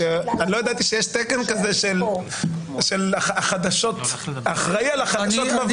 שלא ידעתי שיש תקן כזה של אחראי על החדשות בוועדה.